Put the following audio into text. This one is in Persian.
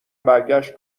برگشت